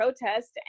protest